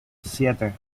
siete